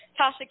Tasha